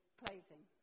clothing